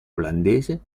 olandese